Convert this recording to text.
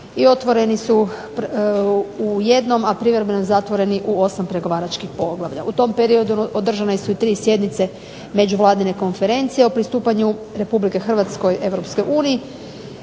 otvoreni su u jednom, a privremeno zatvoreni u 8 pregovaračkih poglavlja. U tom periodu održane su i tri sjednice međuvladine konferencije o pristupanju Republike Hrvatske